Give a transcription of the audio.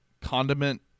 condiment